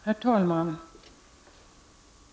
Herr talman!